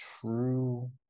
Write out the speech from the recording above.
true